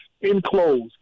enclosed